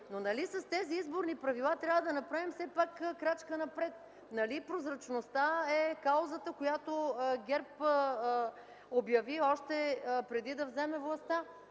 Нали с тези изборни правила трябва да направим все пак крачка напред? Нали прозрачността е каузата, която ГЕРБ обяви още преди да вземе властта?